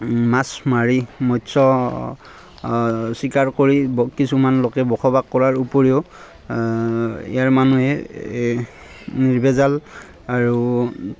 মাছ মাৰি মৎস চিকাৰ কৰি ব কিছুমান লোকে বসবাস কৰাৰ উপৰিও ইয়াৰ মানুহে নিৰ্ভেজাল আৰু